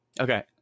okay